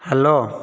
hello